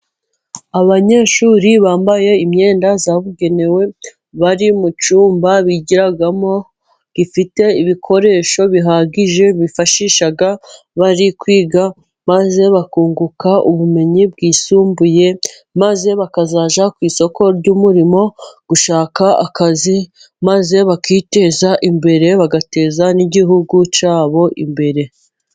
Abanyeshuri bambaye imyenda Yabugenewe bari mu cyumba bigiramo gifite ibikoresho bihagije bifashisha bari kwiga, maze bakunguka ubumenyi bwisumbuye maze bakazajya ku isoko ry'umurimo gushaka akazi maze bakiteza imbere bagateza n'igihugu cyabo imbere.